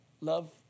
Love